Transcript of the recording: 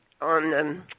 on